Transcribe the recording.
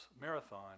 marathon